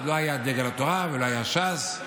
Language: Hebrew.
עוד לא היה דגל התורה ולא הייתה ש"ס,